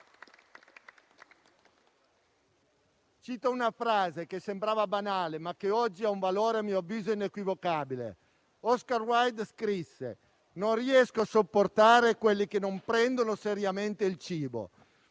Cito una frase che sembrava banale, ma che oggi ha un valore a mio avviso inequivocabile. Oscar Wilde scrisse: non riesco a sopportare quelli che non prendono seriamente il cibo.